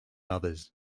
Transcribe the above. others